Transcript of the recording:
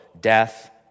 death